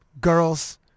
girls